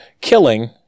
killing